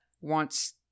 wants